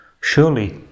surely